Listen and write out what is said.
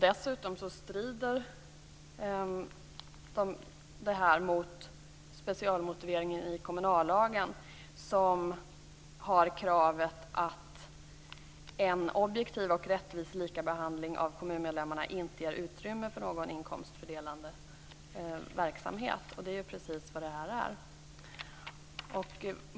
Dessutom strider det här mot specialmotiveringen i kommunallagen, som säger att en objektiv och rättvis likabehandling av kommunmedlemmarna inte ger utrymme för någon inkomstfördelande verksamhet. Det är precis vad det här är fråga om.